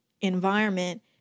environment